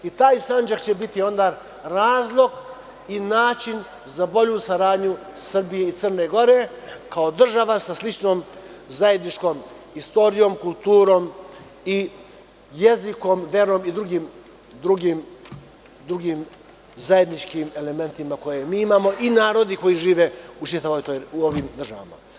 Taj Sandžak će onda biti razlog i način za bolju saradnju Srbije i Crne Gore, kao država sa sličnom zajedničkom istorijom, kulturom i jezikom, verom i drugim zajedničkim elementima i narodi koji žive u ovim državama.